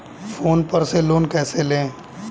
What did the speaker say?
Phone पर से loan कैसे लें?